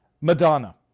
Madonna